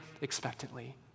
expectantly